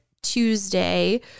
Tuesday